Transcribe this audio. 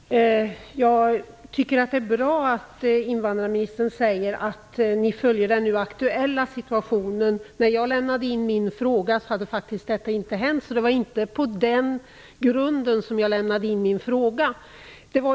Fru talman! Jag tycker att det är bra att invandrarministern säger att man följer den nu aktuella situationen. När jag lämnade in min fråga hade de senaste händelserna ännu inte inträffat. Det var således inte på den grunden som jag ställde min fråga.